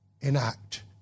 enact